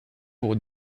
pour